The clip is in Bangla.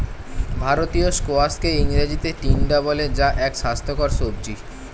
ভারতীয় স্কোয়াশকে ইংরেজিতে টিন্ডা বলে যা এক স্বাস্থ্যকর সবজি